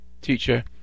teacher